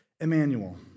Emmanuel